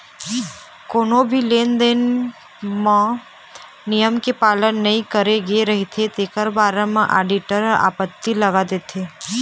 कोनो भी लेन देन म नियम के पालन नइ करे गे रहिथे तेखर बारे म आडिटर ह आपत्ति लगा देथे